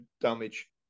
damage